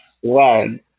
one